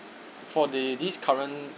for the this current